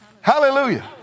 Hallelujah